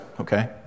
okay